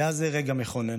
היה זה רגע מכונן.